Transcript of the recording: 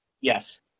Yes